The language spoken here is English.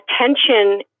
Attention